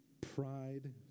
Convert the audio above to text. pride